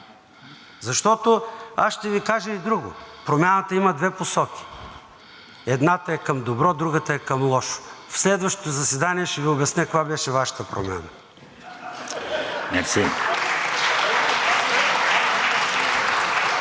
Защото аз ще Ви кажа и друго, промяната има две посоки – едната е към добро, другата е към лошо. В следващото заседание ще Ви обясня каква беше Вашата промяна.